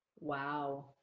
Wow